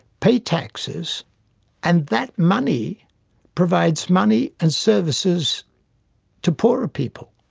pay taxes and that money provides money and services to poorer people'